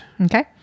Okay